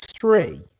three